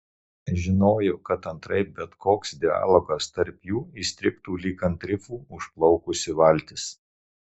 žinojo kad antraip bet koks dialogas tarp jų įstrigtų lyg ant rifų užplaukusi valtis